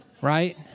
Right